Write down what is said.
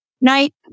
night